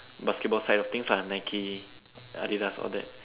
basketball side of things lah Nike Adidas all that